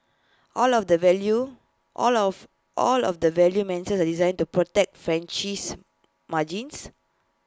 all of the value all of all of the value are designed to protect franchisee margins